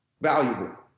valuable